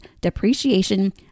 Depreciation